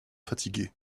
fatigués